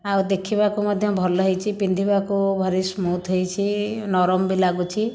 ଆଉ ଦେଖିବାକୁ ମଧ୍ୟ ଭଲ ହେଇଛି ପିନ୍ଧିବାକୁ ଭାରି ସ୍ମୁଥ୍ ହେଇଛି ନରମ ବି ଲାଗୁଛି